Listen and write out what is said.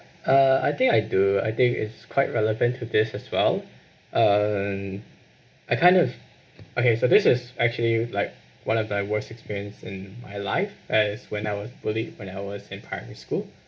uh I think I do I think it's quite relevant to this as well um I kind of okay so this is actually like one of the worst experience in my life as when I was bullied when I was in primary school